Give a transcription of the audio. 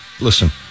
listen